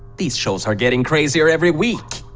these shows are getting crazier every week!